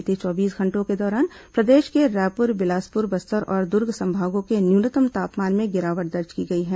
बीते चौबीस घंटों के दौरान प्रदेश के रायपुर बिलासपुर बस्तर और दुर्ग संभागों के न्यूनतम तापमान में गिरावट दर्ज की गई है